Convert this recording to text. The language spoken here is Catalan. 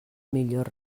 millor